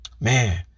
Man